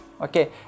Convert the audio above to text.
okay